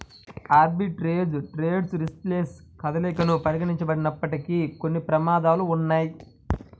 arbitrage trades riskless కదలికలను పరిగణించబడినప్పటికీ, కొన్ని ప్రమాదాలు ఉన్నయ్యి